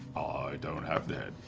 i don't have the head.